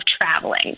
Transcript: traveling